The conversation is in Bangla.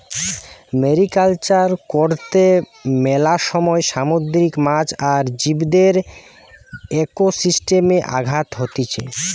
মেরিকালচার কর্তে মেলা সময় সামুদ্রিক মাছ আর জীবদের একোসিস্টেমে আঘাত হতিছে